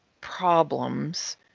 problems